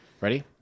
Ready